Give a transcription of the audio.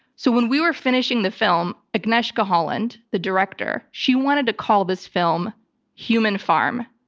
so when we were finishing the film, agnieszka holland, the director, she wanted to call this film human farm.